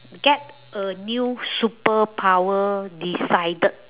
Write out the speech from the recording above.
get a new superpower decided